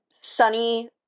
Sunny